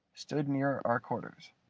stood near our quarters.